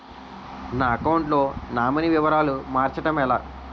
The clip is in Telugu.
నా అకౌంట్ లో నామినీ వివరాలు మార్చటం ఎలా?